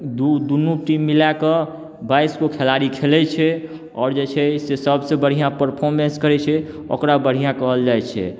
दू दूनु टीम मिलाए कऽ बाइस गो खेलाड़ी खेलैत छै आओर जे छै से सबसँ बढ़िआँ परफॉर्मेन्स करैत छै ओकरा बढ़िआँ कहल जाइत छै